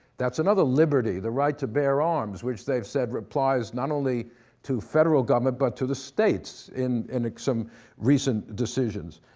that's another liberty, the right to bear arms, which they've said applies not only to the federal government but to the states in and like some recent decisions.